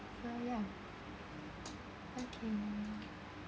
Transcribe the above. so ya okay